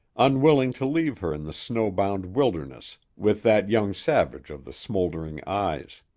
unwilling to leave her in the snowbound wilderness with that young savage of the smouldering eyes.